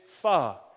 far